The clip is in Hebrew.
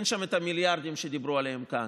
אין שם את המיליארדים שדיברו עליהם כאן.